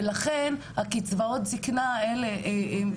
ולכן הקצבאות זקנה האלה הן..